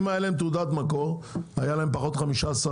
אם הייתה להם תעודת מקור היה להם פחות 15%?